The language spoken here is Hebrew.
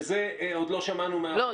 ואת זה עוד לא שמענו מאף אחד.